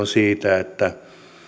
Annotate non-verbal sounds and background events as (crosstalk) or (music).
(unintelligible) siitä että